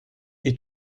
est